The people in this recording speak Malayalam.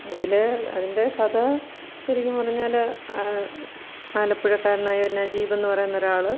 അതില് അതിൻ്റെ കഥ ശരിക്കും പറഞ്ഞാല് ആലപ്പുഴക്കാരനായ നജീബെന്നു പറയുന്നൊരാള്